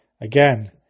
Again